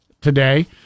Today